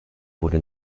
wurde